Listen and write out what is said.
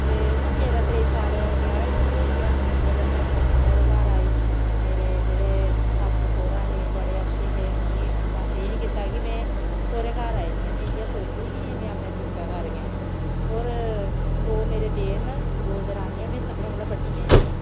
ते हून मेरा त्रेई साल ब्याह् होए दे बी होई गेआ जिल्लै में इत्थै अपने सोह्रे घर आई मेरे जेह्ड़े सस्स सौह्रा हे बड़े अच्छे हे मिगी इन्ना सेही निं कीता कि में सौह्रे घर आई दियां में इ'यै सोचदी ही कि में अपने प्योके घर गै ऐं होर दो मेरे देर न दो दरानियां में सभनें कोला बड्डियां जेह्ड़ी